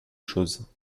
choses